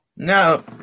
No